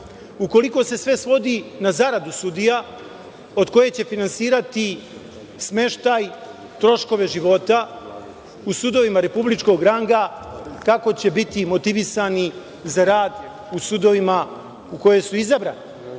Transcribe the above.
ukoliko se sve svodi na zaradu sudija od koje će finansirati smeštaj, troškove života u sudovima republičkog ranga, kako će biti motivisani za rad u sudovima u kojima su izabrani